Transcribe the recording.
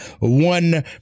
one